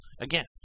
again